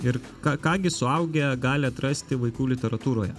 ir ką gi suaugę gali atrasti vaikų literatūroje